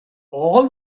all